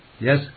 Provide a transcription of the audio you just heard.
Yes